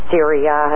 Syria